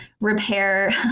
repair